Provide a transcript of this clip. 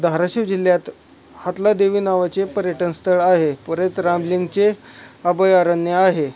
धाराशिव जिल्ह्यात हातला देवी नावाचे पर्यटनस्थळ आहे परत रामलिंगचे अभयारण्य आहे